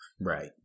Right